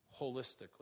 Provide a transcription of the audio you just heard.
holistically